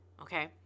Okay